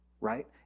right